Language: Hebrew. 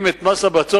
אם את מס הבצורת,